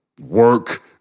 work